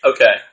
Okay